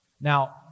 Now